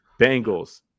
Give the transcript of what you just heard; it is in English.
Bengals